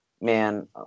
Man